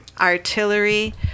artillery